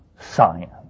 science